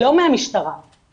מהמשטרה,